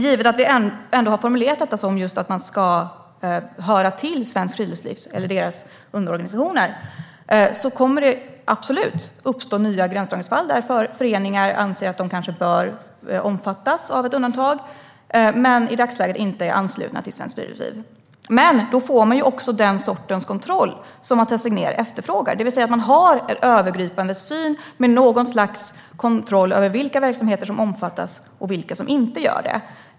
Givet att vi ändå har formulerat detta som just att man ska höra till Svenskt Friluftsliv eller deras underorganisationer kommer det absolut att uppstå nya gränsdragningsfall, där föreningar anser att de bör omfattas av ett undantag men i dagsläget inte är anslutna till Svenskt Friluftsliv. Men då får man också den sorts kontroll som Mathias Tegnér efterfrågar, det vill säga att man har en övergripande syn med något slags kontroll över vilka verksamheter som omfattas och vilka som inte omfattas.